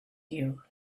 you